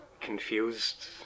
Confused